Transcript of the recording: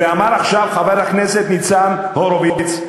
ואמר עכשיו חבר הכנסת ניצן הורוביץ,